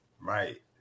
right